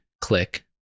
click